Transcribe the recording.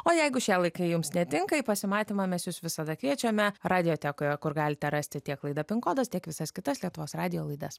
o jeigu šie laikai jums netinka į pasimatymą mes jus visada kviečiame radijotekoje kur galite rasti tiek laida pin kodas tiek visas kitas lietuvos radijo laidas